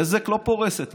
בזק לא פורסת.